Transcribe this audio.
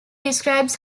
describes